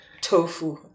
tofu